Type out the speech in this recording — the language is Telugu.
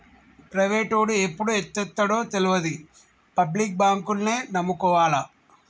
ప్రైవేటోడు ఎప్పుడు ఎత్తేత్తడో తెల్వది, పబ్లిక్ బాంకుల్నే నమ్ముకోవాల